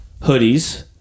hoodies